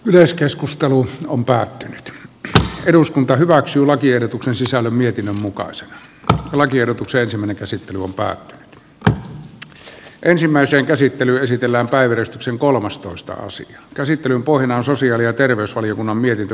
yleiskeskustelu on päättänyt että eduskunta hyväksyi lakiehdotuksen sisällä mietinnön mukaiset lakiehdotuksensa meni käsittelumpää karhut ensimmäisen käsittely esitellä päivystyksen kolmastoista ossi käsittelyn pohjana on sosiaali ja terveysvaliokunnan mietintö